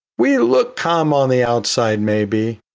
we look calm on the outside maybe,